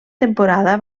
temporada